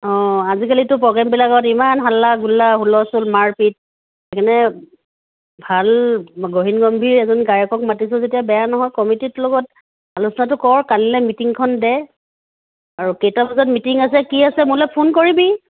অঁ আজিকালিতো প্ৰগ্ৰেমবিলাকত ইমান হাল্লা গোল্লা হুলস্থুল মাৰপিট যেনে ভাল গহীন গম্ভীৰ এজন গায়কক মাতিছ যেতিয়া বেয়া নহয় কমিটীৰ লগত আলোচনাটো কৰ কাইলৈ মিটিংখন দে আৰু কেইটা বজাত মিটিং আছে কি আছে মোলৈ ফোন কৰিবি